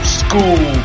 school